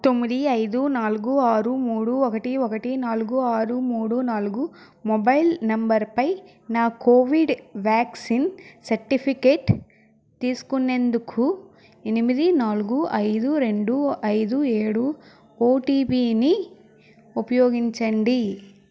తొమ్మిది ఐదు నాలుగు ఆరు మూడు ఒకటి ఒకటి నాలుగు ఆరు మూడు నాలుగు మొబైల్ నంబరుపై నా కోవిడ్ వ్యాక్సిన్ సర్టిఫికేట్ తీసుకునేందుకు ఎనిమిది నాలుగు ఐదు రెండు ఐదు ఏడు ఓటీపీని ఉపయోగించండి